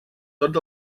tot